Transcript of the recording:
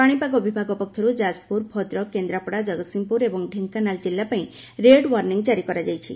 ପାଣିପାଗ ବିଭାଗ ପକ୍ଷରୁ ଯାଜପୁର ଭଦ୍ରକ କେନ୍ଦ୍ରାପଡ଼ା ଜଗତ୍ସିଂହପୁର ଏବଂ ଢେଙ୍କାନାଳ ଜିଲ୍ଲାପାଇଁ ରେଡ୍ ୱାର୍ଷିଂ କାରି କରାଯାଇଛି